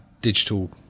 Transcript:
digital